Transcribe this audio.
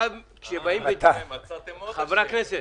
הא, מצאתם עוד אשם...יפה.